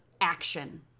action